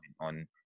on